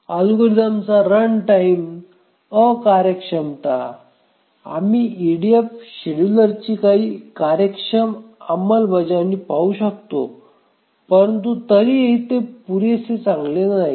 अल्गोरिदमची runtime अकार्यक्षमता आम्ही EDF शेड्यूलरची काही कार्यक्षम अंमलबजावणी पाहू शकतो परंतु तरीही ते पुरेसे चांगले नाहीत